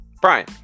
Brian